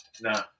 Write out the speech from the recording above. No